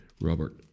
Robert